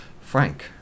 Frank